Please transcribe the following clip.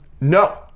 No